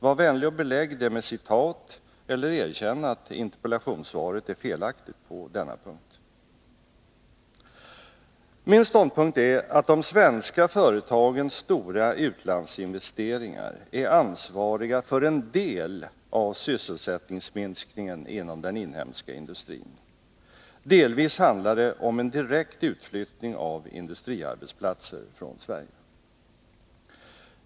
Var vänlig och belägg det med citat eller erkänn att interpellationssvaret är felaktigt på denna punkt! Min ståndpunkt är att de svenska företagens stora utlandsinvesteringar är ansvariga för en del av sysselsättningsminskningen inom den inhemska industrin. Delvis handlar det om en direkt utflyttning av industriarbetsplatser från Sverige.